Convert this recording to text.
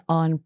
on